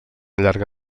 llarga